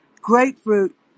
grapefruit